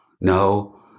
no